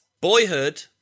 boyhood